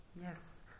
Yes